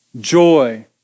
joy